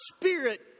spirit